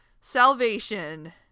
salvation